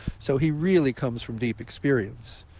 so he really comes from deep experience.